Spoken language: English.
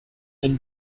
and